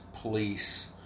police